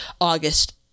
August